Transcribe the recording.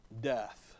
death